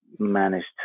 managed